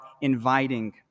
inviting